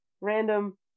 random